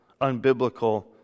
unbiblical